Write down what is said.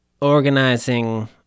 organizing